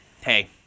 hey